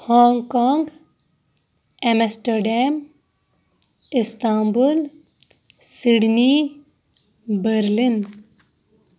Hong Kong Amsterdam Istanbul Sydney Berlin